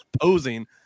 posing